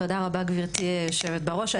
תודה גברתי היושבת בראש,